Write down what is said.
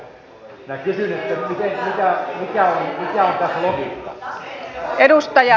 mikä on tämän logiikka